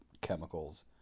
chemicals